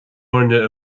airne